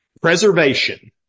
Preservation